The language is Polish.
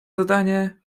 zadanie